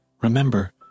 remember